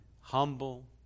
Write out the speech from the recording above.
humble